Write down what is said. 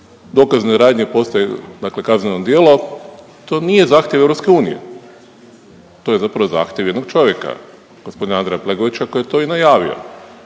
dokazne radnje postaje dakle kazneno djelo, to nije zahtjev EU, to je zapravo zahtjev jednog čovjeka, gospodina Andreja Plenkovića koji je to i najavio.